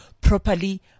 properly